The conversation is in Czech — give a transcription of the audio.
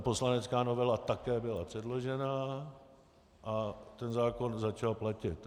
Poslanecká novela také byla předložena a ten zákon začal platit.